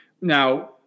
Now